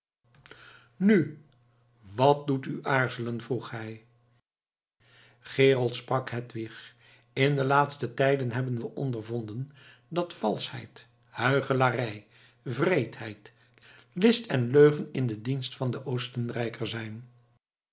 nu wat doet u aarzelen vroeg hij gerold sprak hedwig in de laatste tijden hebben we ondervonden dat valschheid huichelarij wreedheid list en leugen in dienst van den oostenrijker zijn